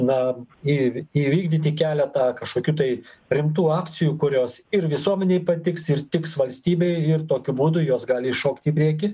na ir įvykdyti keletą kažkokių tai rimtų akcijų kurios ir visuomenei patiks ir tiks valstybei ir tokiu būdu jos gali įšokti į priekį